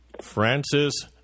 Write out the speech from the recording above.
Francis